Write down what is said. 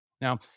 Now